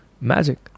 Magic